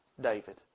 David